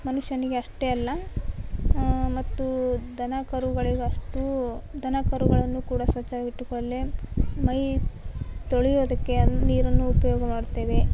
ಮನುಷ್ಯನಿಗೆ ಅಷ್ಟೇ ಅಲ್ಲ ಮತ್ತು ದನ ಕರುಗಳಿಗಷ್ಟು ದನ ಕರುಗಳನ್ನು ಕೂಡ ಸ್ವಚ್ಛವಾಗಿಟ್ಟುಕೊಳ್ಳಲು ಮೈ ತೊಳಿಯೋದಕ್ಕೆ ನೀರನ್ನು ಉಪಯೋಗ ಮಾಡುತ್ತೇವೆ